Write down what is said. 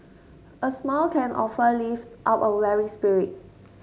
a smile can often lift up a weary spirit